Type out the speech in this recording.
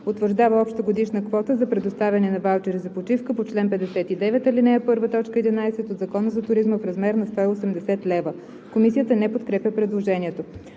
Утвърждава обща годишна квота за предоставяне на ваучери за почивка по чл. 59, ал. 1, т. 11 от Закона за туризма в размер на 180 млн. лв.“ Комисията не подкрепя предложението.